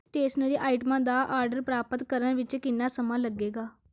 stationery ਆਈਟਮਾਂ ਦਾ order ਪ੍ਰਾਪਤ ਕਰਨ ਵਿੱਚ ਕਿੰਨਾ ਸਮਾਂ ਲੱਗੇਗਾ